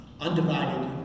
undivided